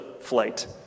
flight